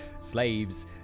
slaves